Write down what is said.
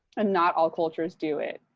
and not all cultures do it.